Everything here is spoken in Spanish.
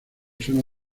suena